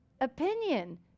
opinion